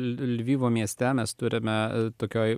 lvivo mieste mes turime tokioje